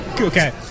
Okay